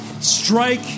strike